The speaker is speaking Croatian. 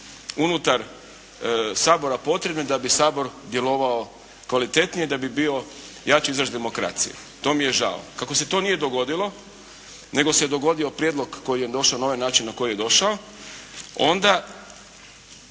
unutar Sabora potrebne da bi Sabor djelovao kvalitetnije da bi bio jači izraz demokracije. To mi je žao. Kako se to nije dogodilo, nego se je dogodio prijedlog koji je došao na ovaj način na koji je došao, onda,